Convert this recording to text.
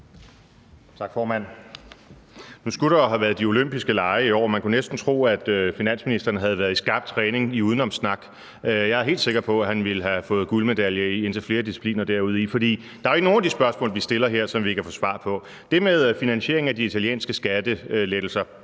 Nu skulle der have været de olympiske lege i år, og man kunne næsten tro, at finansministeren havde været i skarp træning i udenomssnak. Jeg er helt sikker på, at han ville have fået guldmedalje i indtil flere discipliner deri, for der er jo ikke nogen af de spørgsmål, vi stiller her, som vi kan få svar på. Det med finansieringen af de italienske skattelettelser